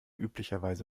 üblicherweise